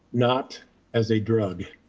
not as a drug.